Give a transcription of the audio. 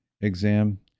exam